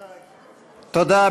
תודה.